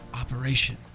operation